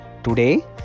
Today